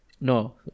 No